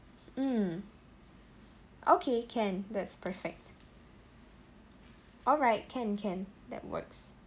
mm okay can that's perfect alright can can that works